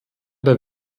der